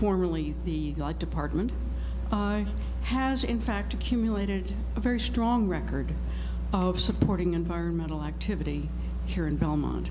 formerly the department has in fact accumulated a very strong record of supporting environmental activity here in belmont